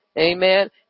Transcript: Amen